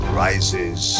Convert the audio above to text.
rises